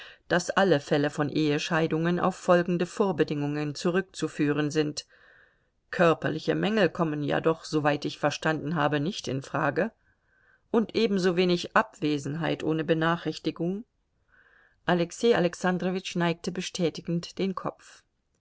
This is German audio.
daß alle fälle von ehescheidungen auf folgende vorbedingungen zurückzuführen sind körperliche mängel kommen ja doch soweit ich verstanden habe nicht in frage und ebensowenig abwesenheit ohne benachrichtigung alexei alexandrowitsch neigte bestätigend den kopf